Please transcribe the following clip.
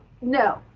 no